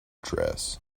dress